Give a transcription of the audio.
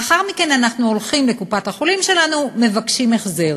לאחר מכן אנחנו הולכים לקופת-החולים שלנו ומבקשים החזר.